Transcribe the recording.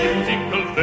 Musical